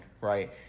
right